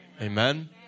Amen